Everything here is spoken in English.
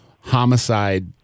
homicide